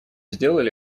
сделали